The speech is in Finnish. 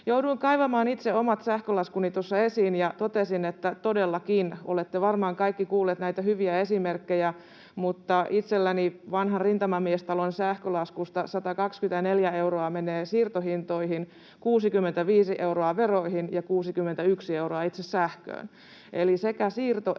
Jouduin kaivamaan itse omat sähkölaskuni esiin ja totesin, että todellakin — olette varmaan kaikki kuulleet näitä hyviä esimerkkejä, mutta itselläni vanhan rintamamiestalon sähkölaskusta 124 euroa menee siirtohintoihin, 65 euroa veroihin ja 61 euroa itse sähköön, eli sekä siirto